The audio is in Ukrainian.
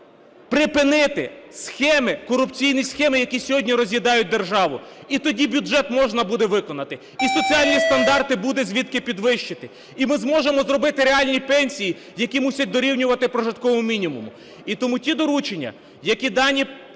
припинити схеми, корупційні схеми, які сьогодні роз'їдають державу, і тоді бюджет можна буде виконати. І соціальні стандарти буде звідки підвищити, і ми зможемо зробити реальні пенсії, які мусять дорівнювати прожитковому мінімуму. І тому ті доручення, які дані